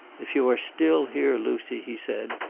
if you are still here, lucy, he said,